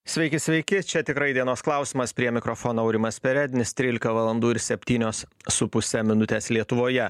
sveiki sveiki čia tikrai dienos klausimas prie mikrofono aurimas perednis trylika valandų ir septynios su puse minutės lietuvoje